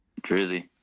Drizzy